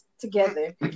together